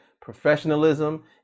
professionalism